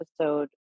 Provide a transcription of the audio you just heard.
episode